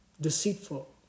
deceitful